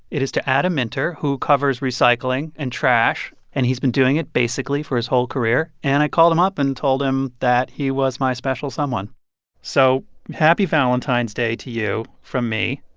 it is to adam minter, who covers recycling and trash, and he's been doing it basically for his whole career. and i called him up and told him that he was my special someone so happy valentine's day to you from me.